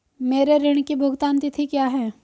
मेरे ऋण की भुगतान तिथि क्या है?